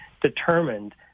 determined